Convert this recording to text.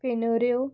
पिनुऱ्यो